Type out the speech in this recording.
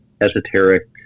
esoteric